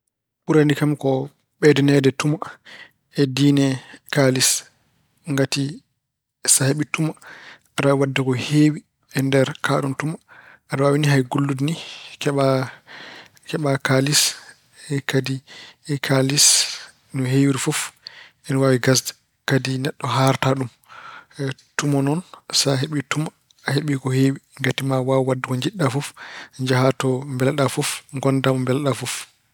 Ɓurani kam ko ɓeydeneede tuma e diine kaalis. Ngati so heɓi tuma, aɗa waawi waɗde ko heewi e nder kaaɗoon tuma. Aɗa waawi hay gollude ni keɓa kaalis. Kadi kaalis no heewiri fof ina waawi gasde. Kadi neɗɗo haarataa ɗum. Tuma noon, so a heɓii tuma, a heɓii ko heewi ngati maa waaw wonde ko jiɗɗa fof. Njaha to mbelaɗa fof. Ngonnda mo mbelaɗa fof.